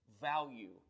value